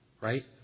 Right